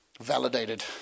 validated